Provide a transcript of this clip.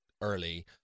early